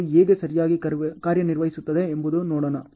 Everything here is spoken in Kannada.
ಅದು ಹೇಗೆ ಸರಿಯಾಗಿ ಕಾರ್ಯನಿರ್ವಹಿಸುತ್ತದೆ ಎಂಬುದನ್ನು ನೋಡೋಣ